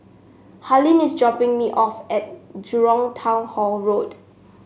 Harlene is dropping me off at Jurong Town Hall Road